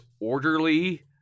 orderly